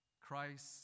Christ